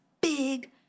big